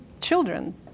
children